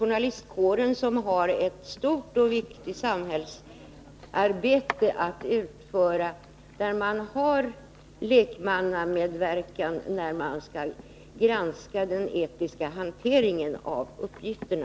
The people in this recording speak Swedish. Journalistkåren har ju att utföra ett stort och viktigt samhällsarbete, och det är lekmannamedverkan när man granskar den etiska hanteringen av uppgifterna.